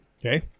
Okay